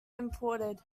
imported